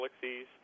galaxies